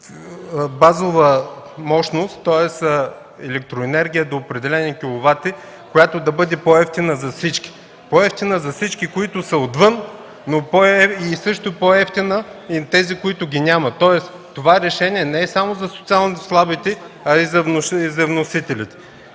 базова мощност, тоест електроенергия до определени киловати, която да бъде по евтина за всички, по-евтина за всички, които са отвън, но също така по евтина и за тези, които ги няма. Следователно решението е не само за социално слабите, а и за вносителите.